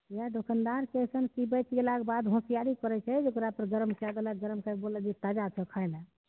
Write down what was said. किए दोकानदार शके अइसन खिबै खियेलाके बाद होशियारी करै छै जे ओकरा पर गरम करल बला गरम कयल बला जे ताजा छौ खाइ लए